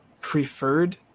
preferred